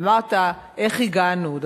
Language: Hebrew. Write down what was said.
אמרת: איך הגענו לזה?